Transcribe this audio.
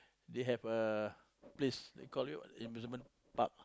they have uh place they call it was the amusement park